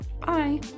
Bye